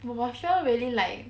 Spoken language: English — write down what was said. !wah! but fel really like